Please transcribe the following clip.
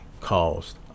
caused